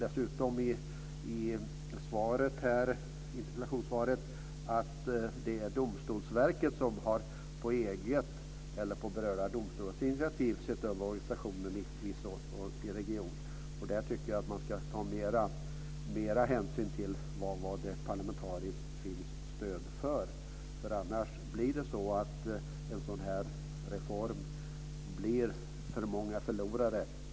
Det framkom i interpellationssvaret att det är Domstolsverket som på eget eller berörda domstolars initiativ har sett över organisationen i regionen. Där tycker jag att man ska ta mera hänsyn till vad det parlamentariskt finns stöd för. Annars blir det för många förlorare i en sådan reform.